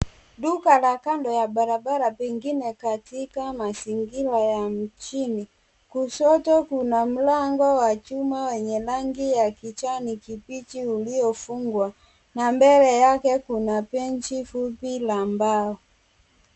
Duka la kando ya barabara pengine katika mazingira ya mjini. Kushoto kuna mlango wa chuma wa rangi ya kijani kibichi uliofungwa na mbele yake kuna benchi fupi la mbao.